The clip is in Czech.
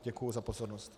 Děkuji za pozornost.